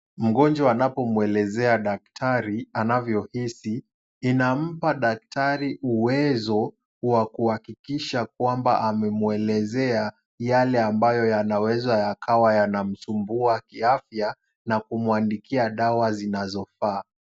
Mgonjwa anapomwelezea daktari anavyohisi, inampa daktari uwezo wa kuhakikisha kwamba amemwelezea yale ambayo yanaweza yakawa yanamsumbua kiafya, na kumwandikia dawa zinazofaa.